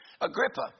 Agrippa